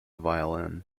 violin